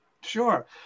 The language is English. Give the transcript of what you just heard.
Sure